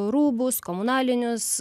rūbus komunalinius